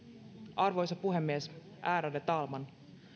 arvoisa puhemies ärade talman